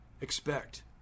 expect